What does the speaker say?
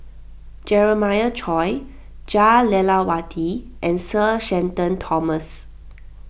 Jeremiah Choy Jah Lelawati and Sir Shenton Thomas